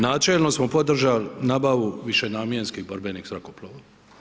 Načelno smo držali nabavu višenamjenskih borbenih zrakoplova.